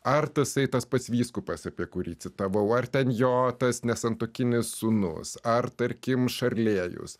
ar tasai tas pats vyskupas apie kurį citavau ar ten jo tas nesantuokinis sūnus ar tarkim šarlėjus